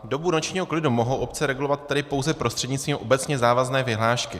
Dobu nočního klidu mohou obce regulovat tedy pouze prostřednictvím obecně závazné vyhlášky.